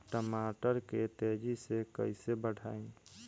टमाटर के तेजी से कइसे बढ़ाई?